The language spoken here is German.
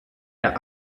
der